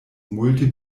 multe